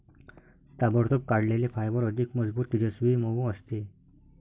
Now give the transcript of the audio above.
ताबडतोब काढलेले फायबर अधिक मजबूत, तेजस्वी, मऊ असते